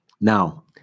Now